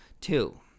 Two